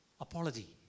apology